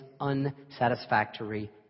unsatisfactory